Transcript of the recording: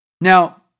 Now